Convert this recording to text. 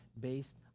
based